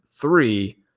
three